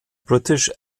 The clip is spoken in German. british